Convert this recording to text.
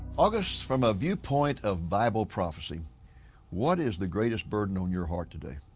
august from a viewpoint of bible prophecy what is the greatest burden on your heart today?